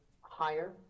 higher